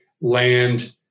land